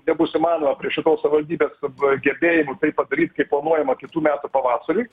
nebus įmanoma prie šitos savivaldybės gebėjimų tai padaryt kaip planuojama kitų metų pavasariui